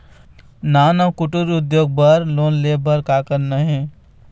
नान अउ कुटीर उद्योग बर लोन ले बर का करना हे?